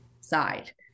side